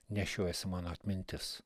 nešiojasi mano atmintis